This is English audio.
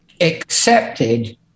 accepted